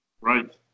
Right